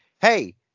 Hey